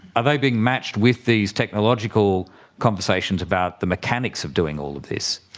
are they being matched with these technological conversations about the mechanics of doing all of this?